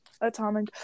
atomic